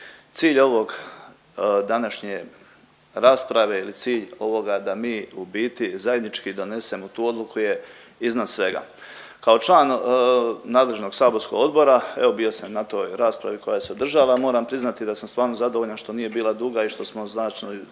Cilj ovog današnje rasprave ili cilj ovoga da mi u biti zajednički donesemo tu odluku je iznad svega. Kao član nadležnog saborskog odbora evo bio sam na toj raspravi koja se održala, moram priznati da sam stvarno zadovoljan što nije bila duga i što smo znači